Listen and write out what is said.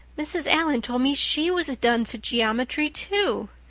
mrs. allan told me she was a dunce at geometry too.